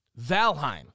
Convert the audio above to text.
Valheim